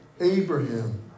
Abraham